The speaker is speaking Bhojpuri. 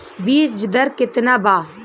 बीज दर केतना वा?